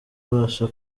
ubasha